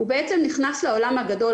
הוא בעצם נכנס לעולם הגדול,